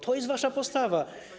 To jest wasza postawa.